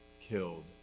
killed